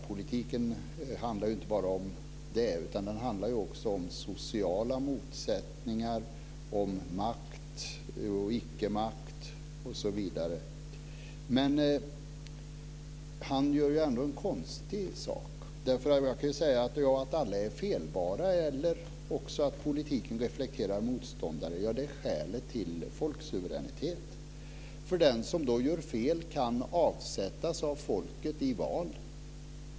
Politiken handlar ju inte bara om det, utan den handlar ju också om sociala motsättningar, makt och icke-makt osv. Han gör en konstig sak. Man kan ju säga att alla är felbara eller att politiken reflekterar motståndare. Det är skälet till folksuveränitet. För den som gör fel kan avsättas av folket i val.